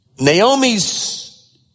Naomi's